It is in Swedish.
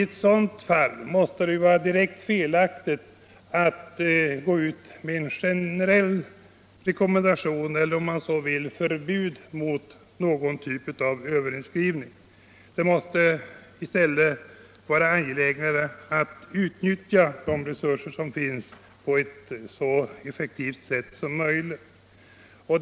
I sådana fall måste det vara direkt felaktigt med en generell rekommendation eller någon typ av förbud mot överinskrivning. Det måste vara angelägnare att utnyttja de resurser som finns på ett så effektivt sätt som möjligt.